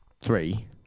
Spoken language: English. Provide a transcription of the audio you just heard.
three